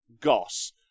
goss